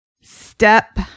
Step